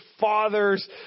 father's